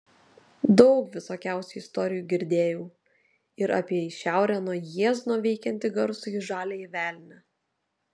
daug visokiausių istorijų girdėjau ir apie į šiaurę nuo jiezno veikiantį garsųjį žaliąjį velnią